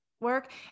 work